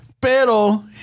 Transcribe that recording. Pero